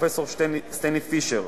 פרופסור סטנלי פישר,